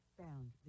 found